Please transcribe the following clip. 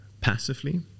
passively